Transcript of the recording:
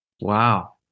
Wow